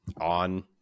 on